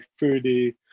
foodie